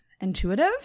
Intuitive